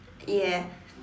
yes